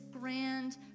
grand